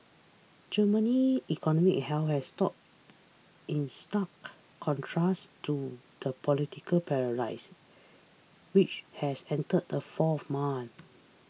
Germany's economic health has stood in stark contrast to the political paralysis which has entered a fourth month